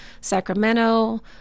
Sacramento